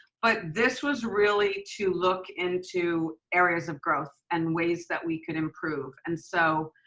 but this was really to look into areas of growth and ways that we could improve. and so